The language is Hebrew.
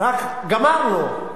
רק גמרנו,